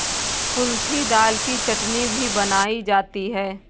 कुल्थी दाल की चटनी भी बनाई जाती है